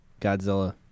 Godzilla